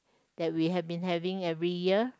that we had been having every year